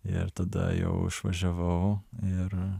ir tada jau išvažiavau ir